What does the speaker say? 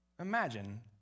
Imagine